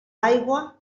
aigua